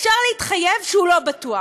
אפשר להתחייב שהוא לא בטוח.